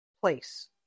place